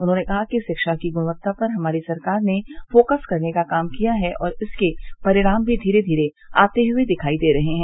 उन्होंने कहा कि शिक्षा की गुणवत्ता पर हमारी सरकार ने फोकस करने का काम किया है और इसके परिणाम भी धीरे धीरे आते हुए दिखाई दे रहे हैं